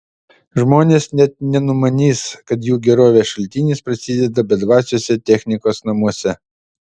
žmonės net nenumanys kad jų gerovės šaltinis prasideda bedvasiuose technikos namuose